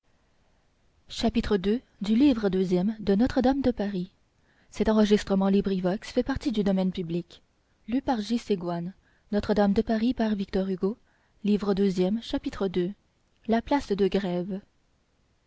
la esmeralda livre deuxième i de charybde en scylla ii la place de grève